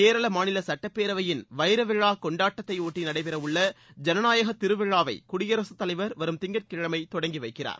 கேரள மாநில சுட்டப்பேரவையின் வைரவிழா கொண்டாட்டத்தை ஒட்டி நடைபெறவுள்ள ஜனநாயக திருவிழாவை குடியரசுத் தலைவர் வரும் திங்கட்கிழமை தொடங்கி வைக்கிறார்